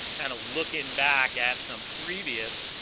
and looking back at some previous